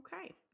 Okay